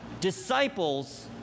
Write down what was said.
Disciples